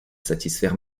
satisfaire